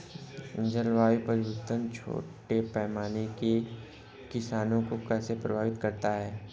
जलवायु परिवर्तन छोटे पैमाने के किसानों को कैसे प्रभावित करता है?